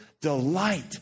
delight